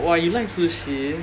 uh !wah! you like sushi